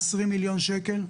20 מיליון שקל,